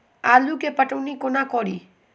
आलु केँ पटौनी कोना कड़ी?